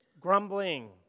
grumbling